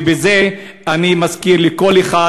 ובזה אני מזכיר לכל אחד,